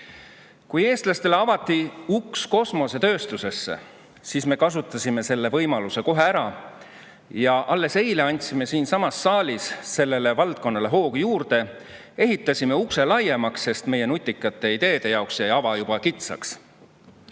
Kui eestlastele avati uks kosmosetööstusesse, siis me kasutasime selle võimaluse kohe ära. Ja alles eile andsime siinsamas saalis sellele valdkonnale hoogu juurde, ehitasime ukse laiemaks, sest meie nutikate ideede jaoks jäi ava juba